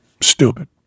stupid